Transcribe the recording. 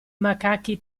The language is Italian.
macachi